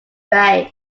base